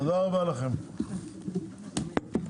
תודה רבה לכולם, הישיבה נעולה.